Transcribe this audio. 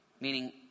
meaning